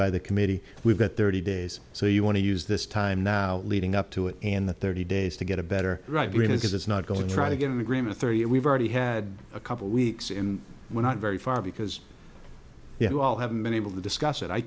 by the committee we've got thirty days so you want to use this time now leading up to it and the thirty days to get a better right brain is it's not going to try to get an agreement thirty and we've already had a couple of weeks in were not very far because yeah you all haven't been able to discuss it i